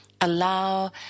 allow